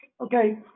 Okay